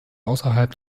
außerhalb